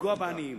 ולפגוע בעניים.